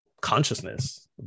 consciousness